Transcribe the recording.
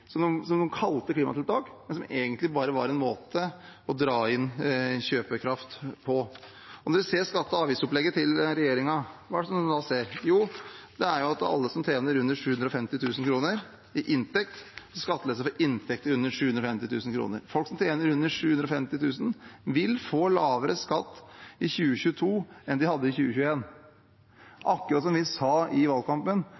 som man kalte klimatiltak, men som egentlig bare var en måte å dra inn kjøpekraft på. Og når en ser på skatte- og avgiftsopplegget til regjeringen, hva er det en ser da? Jo, det er at alle som tjener under 750 000 kr, får skattelette. Folk som tjener under 750 000 kr, vil få lavere skatt i 2022 enn de hadde i